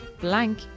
blank